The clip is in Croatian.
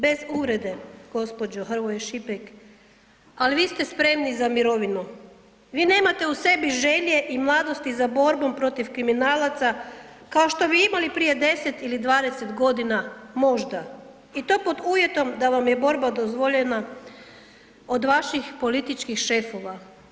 Bez uvrede gospođo Hrvoj Šipek, ali vi ste spremni za mirovinu, vi nemate u sebi želje i mladosti za borbom protiv kriminalaca kao što bi imali prije 10 ili 20 godina, možda i to pod uvjetom da vam je borba dozvoljena od vaših političkih šefova.